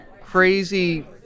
crazy